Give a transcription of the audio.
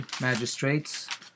magistrates